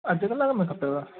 अधु कलाक में खपेव